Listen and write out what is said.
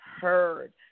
Heard